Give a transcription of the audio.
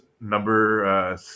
number